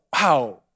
wow